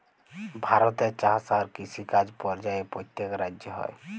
ভারতে চাষ আর কিষিকাজ পর্যায়ে প্যত্তেক রাজ্যে হ্যয়